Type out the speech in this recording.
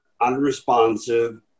unresponsive